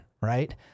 Right